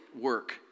work